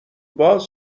باز